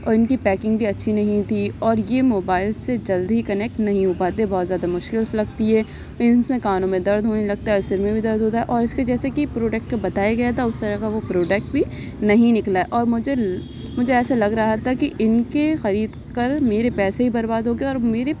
اور ان کی پیکنگ بھی اچھی نہیں تھی اور یہ موبائل سے جلدی کنیکٹ نہیں ہو پاتے بہت زیادہ مشکل سے لگتی ہے ان سے کانوں میں درد ہونے لگتا ہے اور سر میں بھی درد ہوتا ہے اور اس کے جیسے کہ پروڈکٹ بتایا گیا تھا وہ اس طرح کا پروڈکٹ بھی نہیں نکلا اور مجھے مجھے ایسا لگ رہا تھا کہ ان کے خرید کر میرے پیسے بھی برباد ہو گیے اور میرے